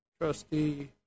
trustee